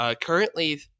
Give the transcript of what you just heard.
currently